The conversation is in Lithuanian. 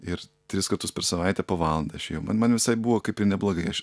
ir tris kartus per savaitę po valandą aš ėjau man man visai buvo kaip ir neblogai aš